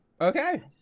okay